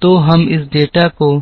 तो हम इस डेटा को